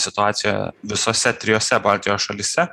situaciją visose trijose baltijos šalyse